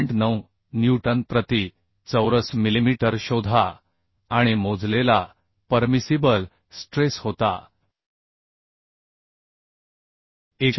9 newton प्रति चौरस millimetre शोधा आणि मोजलेला परमिसिबल स्ट्रेस होता 189